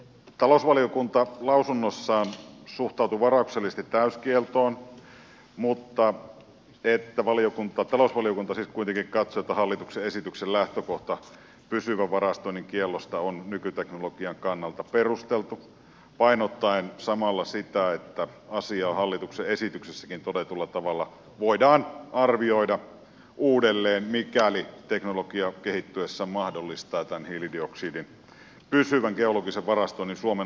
talousvaliokunta lausunnossaan suhtautui varauksellisesti täyskieltoon mutta talousvaliokunta siis kuitenkin katsoi että hallituksen esityksen lähtökohta pysyvän varastoinnin kiellosta on nykyteknologian kannalta perusteltu painottaen samalla sitä että asiaa hallituksen esityksessäkin todetulla tavalla voidaan arvioida uudelleen mikäli teknologia kehittyessään mahdollistaa tämän hiilidioksidin pysyvän geologisen varastoinnin suomen alueelle